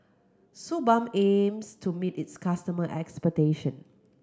Suu Balm aims to meet its customer ' expectation